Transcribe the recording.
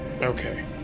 okay